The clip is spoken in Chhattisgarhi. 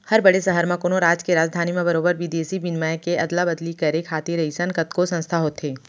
हर बड़े सहर म, कोनो राज के राजधानी म बरोबर बिदेसी बिनिमय के अदला बदली करे खातिर अइसन कतको संस्था होथे